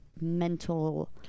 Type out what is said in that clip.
mental